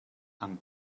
amb